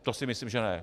To si myslím že ne.